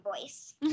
voice